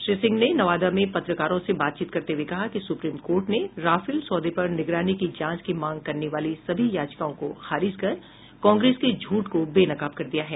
श्री सिंह ने नवादा में पत्रकारों से बातचीत करते हुये कहा कि सुप्रीम कोर्ट ने राफेल सौदे पर निगरानी की जांच की मांग करने वाली सभी याचिकाओं को खारिज कर कांग्रेस के झूठ को बेनकाब कर दिया है